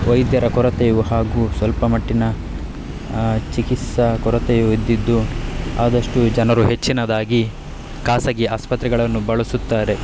ವೈದ್ಯರ ಕೊರತೆಯು ಹಾಗೂ ಸ್ವಲ್ಪ ಮಟ್ಟಿನ ಚಿಕಿತ್ಸಾ ಕೊರತೆಯೂ ಇದ್ದಿದ್ದು ಆದಷ್ಟು ಜನರು ಹೆಚ್ಚಿನದಾಗಿ ಖಾಸಗಿ ಆಸ್ಪತ್ರೆಗಳನ್ನು ಬಳಸುತ್ತಾರೆ